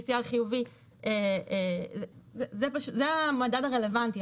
זה המדד הרלוונטי.